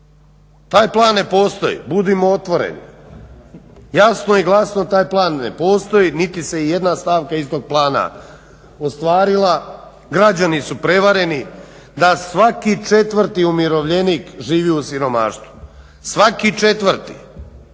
taj plan više ne postoji budimo otvoreni, jasno i glasno taj plan ne postoji niti se ijedna stavka iz tog plana ostvarila, građani su prevareni, da svaki 4 umirovljenik živi u siromaštvu. Svaki četvrti!